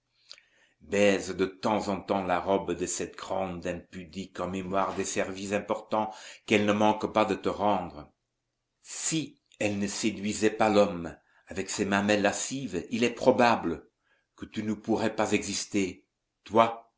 baise de temps en temps la robe de cette grande impudique en mémoire des services importants qu'elle ne manque pas de te rendre si elle ne séduisait pas l'homme avec ses mamelles lascives il est probable que tu ne pourrais pas exister toi